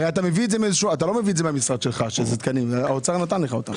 הרי אתה לא מביא את זה מן המשרד שלך אלא משרד האוצר נתן לכם את התקנים.